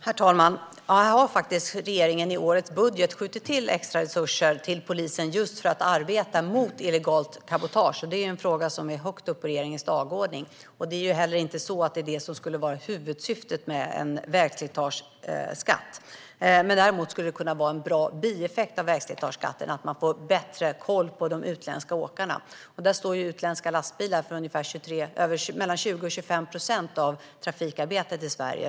Herr talman! I årets budget har regeringen skjutit till extra resurser till polisen, just för att de ska arbeta mot illegalt cabotage. Det är en fråga som står högt på regeringens dagordning. Det skulle inte heller vara huvudsyftet med en vägslitageskatt. En bra bieffekt av vägslitageskatten skulle däremot kunna vara att man kan få bättre koll på de utländska åkarna. Utländska lastbilar står för mellan 20 och 25 procent av trafikarbetet i Sverige.